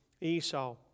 Esau